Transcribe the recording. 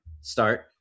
start